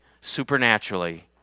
supernaturally